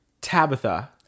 Tabitha